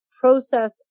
process